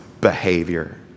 behavior